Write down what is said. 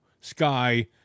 sky